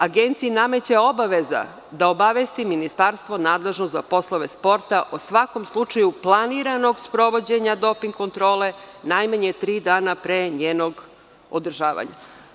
Agenciji nameće obaveza da obavesti ministarstvo nadležno za poslove sporta, u svakom slučaju, planiranog sprovođenja doping kontrole najmanje tri dana pre njenog održavanja.